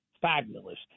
fabulous